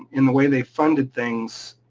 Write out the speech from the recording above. in the way they funded things,